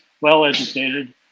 well-educated